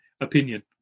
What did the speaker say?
opinion